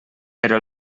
però